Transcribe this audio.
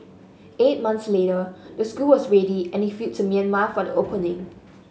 eight months later the school was ready and he flew to Myanmar for the opening